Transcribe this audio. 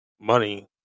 Money